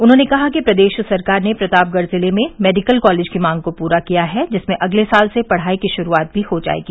उन्होंने कहा कि प्रदेश सरकार ने प्रतापगढ़ जिले में मेडिकल कॉलेज की मांग को पूरा किया है जिसमें अगले साल से पढ़ाई की शुरुआत भी हो जाएगी